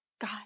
God